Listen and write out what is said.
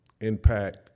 impact